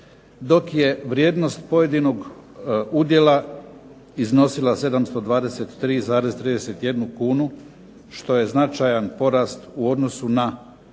dok je vrijednost pojedinog udjela iznosila 723,31 kunu što je značajan porast u odnosu na